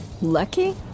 lucky